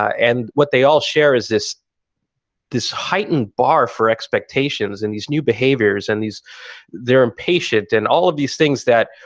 and what they all share is this this heightened bar for expectations and these new behaviors. and they're impatient and all of these things that,